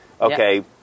Okay